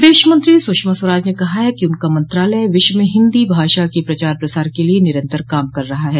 विदेश मंत्री सुषमा स्वराज ने कहा है कि उनका मंत्रालय विश्व में हिन्दी भाषा के प्रचार प्रसार के लिए निरन्तर काम कर रहा है